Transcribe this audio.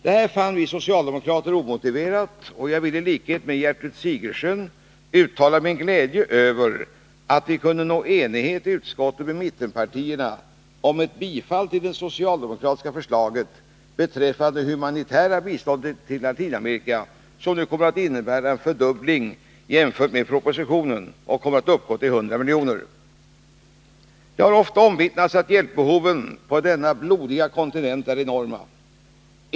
Detta fann vi socialdemokrater omotiverat, och jag vill i likhet med Gertrud Sigurdsen uttala min glädje över att vi i utskottet kunde nå enighet med mittenpartierna om att tillstyrka det socialdemokratiska förslaget beträffande det humanitära biståndet till Latinamerika, vilket innebär en fördubbling jämfört med propositionen, alltså 100 milj.kr. Det har ofta omvittnats att hjälpbehoven på denna blodiga kontinent är enorma.